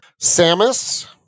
Samus